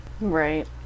right